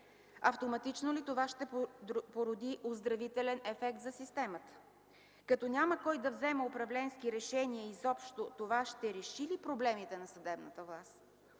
Автоматично ли това ще породи оздравителен ефект за системата? Като няма кой да вземе управленски решения изобщо, това ще реши ли проблемите на съдебната власт?